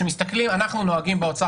אנחנו נוהגים באוצר,